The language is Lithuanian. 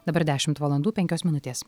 dabar dešimt valandų penkios minutės